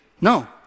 no